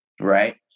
right